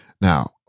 now